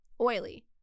oily